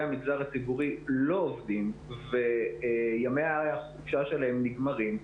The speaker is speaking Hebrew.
המגזר הציבורי לא עובדים וימי החופשה שלהם נגמרים,